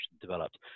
developed